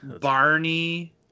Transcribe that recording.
Barney